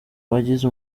bagize